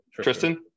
Tristan